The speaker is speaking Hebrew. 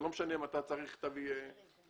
ולא משנה אם אתה צריך חוות דעת,